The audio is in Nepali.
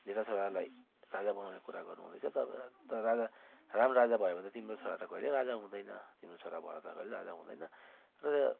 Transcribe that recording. जेठा छोरालाई राजा बनाउने कुरा गर्नुहुँदैछ तर तर राजा राम राजा भए भने तिम्रो छोरा त कहिल्यै राजा हुँदैन तिम्रो छोरा भरत कहिल्यै राजा हुँदैन र